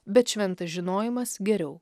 bet šventas žinojimas geriau